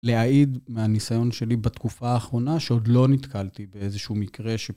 להעיד מהניסיון שלי בתקופה האחרונה, שעוד לא נתקלתי באיזשהו מקרה,